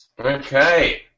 Okay